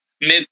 mid